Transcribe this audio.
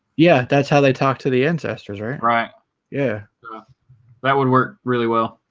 yeah, that's how they talk to the ancestors right right yeah that would work really well